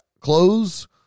clothes